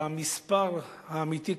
המספר האמיתי,